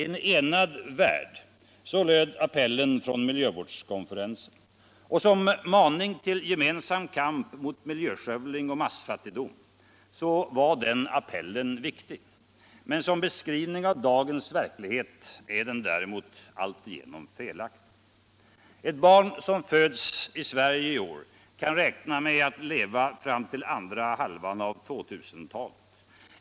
En enda värld — så löd appellen från miljövårdskonferensen. Som maning till gemensam kamp mot miljöskövling och massfattigdom var den appellen viktig. Som beskrivning av dagens verklighet är den däremot alltigenom felaktig. Fit barn som föds i Sverige i år kan räkna med att leva fram till andra halvan av 2000-talet.